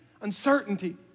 uncertainty